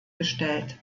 gestellt